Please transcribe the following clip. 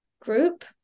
group